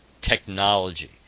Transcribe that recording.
technology